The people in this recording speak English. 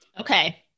Okay